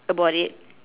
about it